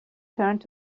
turned